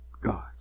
God